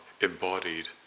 embodied